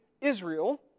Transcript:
Israel